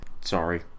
sorry